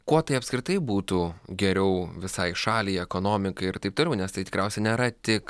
kuo tai apskritai būtų geriau visai šaliai ekonomikai ir taip toliau nes tai tikriausia nėra tik